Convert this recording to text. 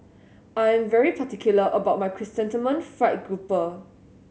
I'm very particular about my Chrysanthemum Fried Grouper